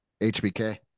HBK